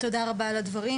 תודה רבה על הדברים.